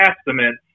estimates